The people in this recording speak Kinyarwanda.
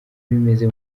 bimeze